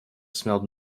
smelled